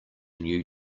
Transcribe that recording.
new